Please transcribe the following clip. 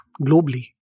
globally